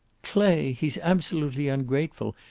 clay! he's absolutely ungrateful.